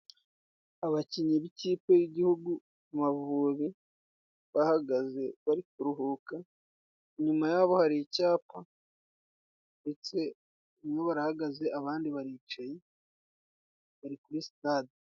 Abakinnyi b'ikipe y'igihugu Amavubi bahagaze, bari kuruhuka. Inyuma yabo hari icyapa, ndetse bamwe barahagaze, abandi baricaye, bari kuri sitade.